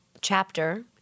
chapter